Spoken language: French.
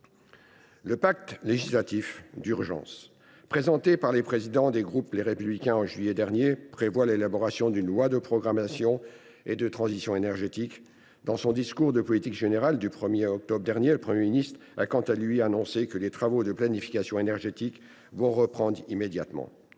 Le « Pacte législatif d’urgence », présenté par les présidents des groupes Les Républicains, en juillet dernier, prévoit l’élaboration d’une loi de programmation et de transition énergétique. Dans son discours de politique générale du 1 octobre dernier, le Premier ministre a, quant à lui, annoncé que les travaux de planification énergétique allaient reprendre immédiatement.